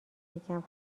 یکم